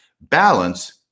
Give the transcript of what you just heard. Balance